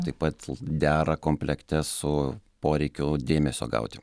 taip pat dera komplekte su poreikiu dėmesio gauti